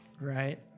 right